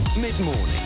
Mid-morning